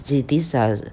see these are